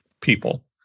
people